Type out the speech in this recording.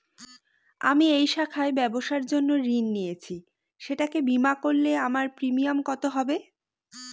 আমি এই শাখায় ব্যবসার জন্য ঋণ নিয়েছি সেটাকে বিমা করলে আমার প্রিমিয়াম কত হবে?